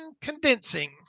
condensing